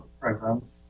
presence